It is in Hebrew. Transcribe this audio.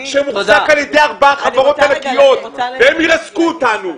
שמוחזק על ידי ארבעת החברות הענקיות והן ירסקו אותנו.